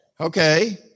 Okay